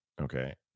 okay